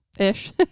ish